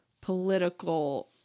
political